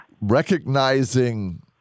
Recognizing